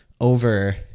over